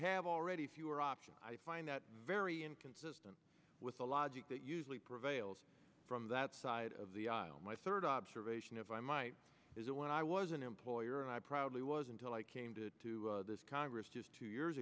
have already fewer options i find that very inconsistent with the logic that usually prevails from that side of the aisle my third observation if i might is that when i was an employer and i probably was until i came to this congress just two years